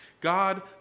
God